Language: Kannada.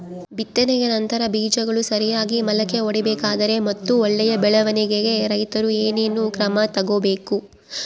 ಬಿತ್ತನೆಯ ನಂತರ ಬೇಜಗಳು ಸರಿಯಾಗಿ ಮೊಳಕೆ ಒಡಿಬೇಕಾದರೆ ಮತ್ತು ಒಳ್ಳೆಯ ಬೆಳವಣಿಗೆಗೆ ರೈತರು ಏನೇನು ಕ್ರಮ ತಗೋಬೇಕು?